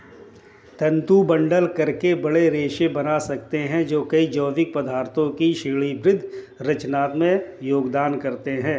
तंतु बंडल करके बड़े रेशे बना सकते हैं जो कई जैविक पदार्थों की श्रेणीबद्ध संरचना में योगदान करते हैं